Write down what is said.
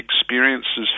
experiences